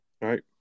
Right